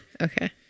Okay